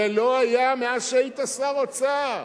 זה לא היה מאז היית לשר האוצר.